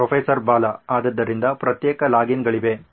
professor Bala ಆದ್ದರಿಂದ ಪ್ರತ್ಯೇಕ ಲಾಗಿನ್ಗಳಿವೆ